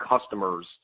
customers